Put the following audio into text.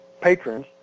patrons